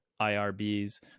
irbs